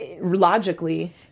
logically